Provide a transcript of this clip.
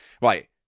Right